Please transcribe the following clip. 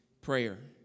Prayer